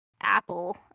Apple